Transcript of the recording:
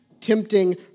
tempting